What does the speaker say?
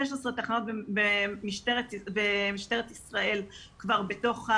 16 תחנות במשטרת ישראל משתמשים